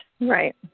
Right